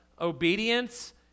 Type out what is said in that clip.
obedience